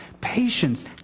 patience